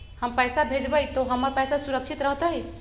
हम पैसा भेजबई तो हमर पैसा सुरक्षित रहतई?